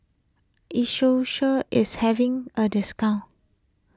is having a discount